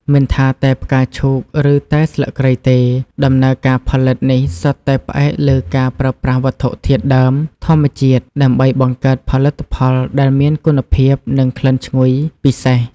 មិនថាតែផ្កាឈូក ឬតែស្លឹកគ្រៃទេ ដំណើរការផលិតនេះសុទ្ធតែផ្អែកលើការប្រើប្រាស់វត្ថុធាតុដើមធម្មជាតិដើម្បីបង្កើតផលិតផលដែលមានគុណភាពនិងក្លិនឈ្ងុយពិសេស។